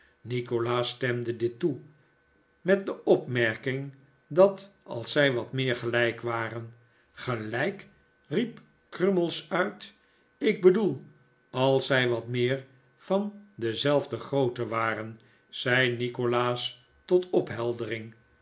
crummies uit ik bedoel als zij wat meer van dezelfde grootte waren zei nikolaas tot opheldering